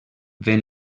ben